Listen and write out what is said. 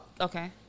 okay